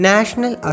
National